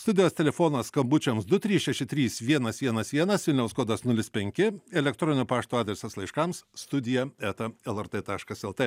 studijos telefonas skambučiams du trys šeši trys vienas vienas vienas vilniaus kodas nulis penki elektroninio pašto adresas laiškams studija eta lrt taškas lt